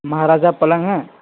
مہاراجا پلنگ ہے